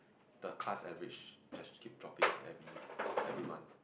the class average just keep dropping every every month